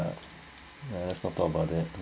right ya let's not talk about that